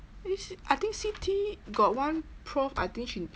I think C_T got one prof I think she